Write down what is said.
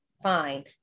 fine